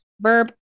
Verb